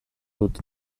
dut